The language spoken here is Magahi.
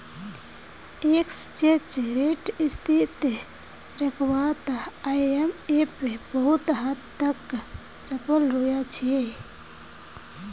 एक्सचेंज रेट स्थिर रखवात आईएमएफ बहुत हद तक सफल रोया छे